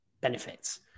benefits